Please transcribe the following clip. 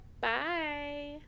Bye